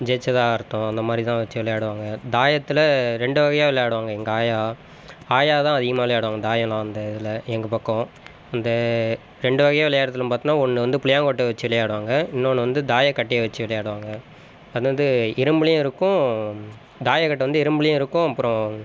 ஜெயிச்சதாக அர்த்தம் அந்தமாதிரி தான் வச்சு விளையாடுவாங்கள் தாயத்தில் ரெண்டு வகையாக விளையாடுவாங்கள் எங்கள் ஆயா ஆயா தான் அதிகமாக விளையாடுவாங்கள் தாயம்லாம் அந்த இதில் எங்கள் பக்கம் இந்த ரெண்டு வகையா விளையாடுறதுல பார்த்தோன்னா ஒன்று வந்து புளியாங்கொட்ட வச்சு விளையாடுவாங்கள் இன்னொன்று வந்து தாயக்கட்டையை வச்சு விளையாடுவாங்கள் அது வந்து இரும்புலியும் இருக்கும் தாயக்கட்டை வந்து இரும்புலியும் இருக்கும் அப்புறோம்